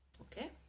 Okay